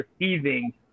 receiving